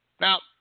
Now